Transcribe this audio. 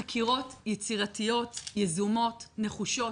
חקירות יצירתיות, יזומות, נחושות.